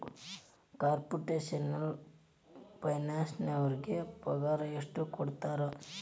Computational ಫೈನಾನ್ಸರಿಗೆ ಪಗಾರ ಎಷ್ಟ್ ಕೊಡ್ತಾರ?